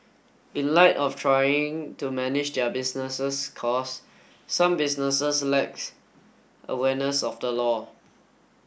in light of trying to manage their businesses cost some businesses lacks awareness of the law